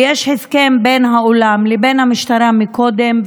ויש הסכם בין האולם לבין המשטרה מקודם,